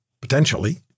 potentially